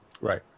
Right